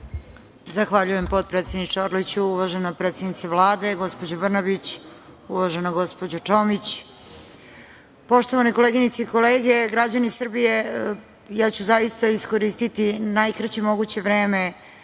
Zahvaljujem, potpredsedniče Orliću. Uvažena predsednice Vlade, gospođo Brnabić, uvažena gospođo Čomić, poštovane koleginice i kolege, građani Srbije, ja ću zaista iskoristiti najkraće moguće vreme